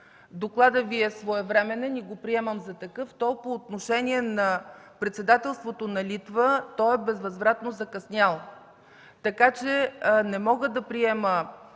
докладът Ви е своевременен и го приемам за такъв, то по отношение на председателството на Литва той е безвъзвратно закъснял. Не мога да приема